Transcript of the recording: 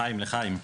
לחיים, לחיים.